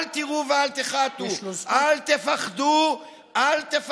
אל תיראו ואל תחתו,